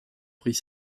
pris